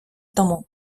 тому